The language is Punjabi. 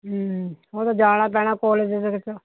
ਉਹ ਤਾਂ ਜਾਣਾ ਪੈਣਾ ਕੋਲਜ ਦੇ ਵਿੱਚ